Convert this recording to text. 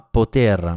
poter